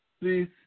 Please